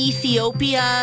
Ethiopia